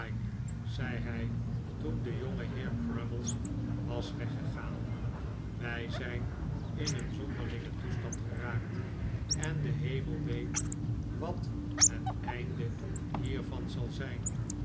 zei hij toen de jongeheer crummies was wggegaan wij zijn in een zonderlingen toestand geraakt en de hemel weet wat het einde hiervan zal zijn